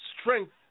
strength